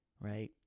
right